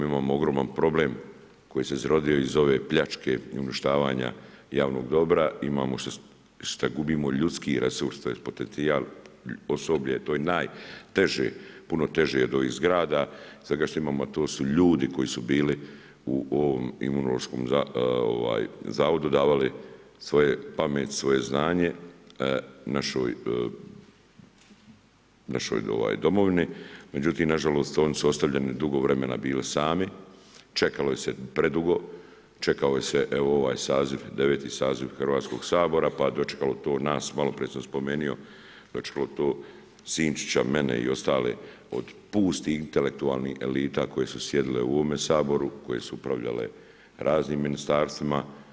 Imamo ogroman problem koji se izrodio iz ove pljačke i uništavanja javnog dobra, imamo šta gubimo ljudski resurs, tj. potencijal, osoblje, to je najteže, puno teže od ovih zgrada, svega što imamo, a to su ljudi koji su bili u ovom Imunološkom zavodu davali svoje pamet, svoje znanje našoj domovini, međutim nažalost, oni su ostavljeni dugo vremena bili sami, čekalo ih se predugo, čekao se evo ovaj saziv, 9. saziv Hrvatskog sabora pa dočekalo to nas, maloprije sam spomenuo, dočekalo to Sinčića, mene i ostale, od pustih intelektualnih elita koje su sjedile u ovome Saboru, koje su upravljale raznim ministarstvima.